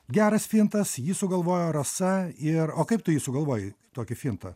geras fintas jį sugalvojo rasa ir o kaip tu jį sugalvojai tokį fintą